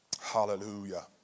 Hallelujah